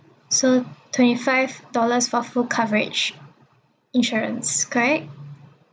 so twenty five dollars for full coverage insurance correct